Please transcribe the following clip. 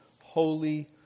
holy